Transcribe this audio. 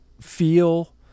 feel